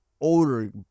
older